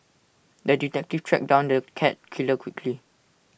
the detective tracked down the cat killer quickly